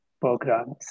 programs